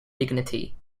dignity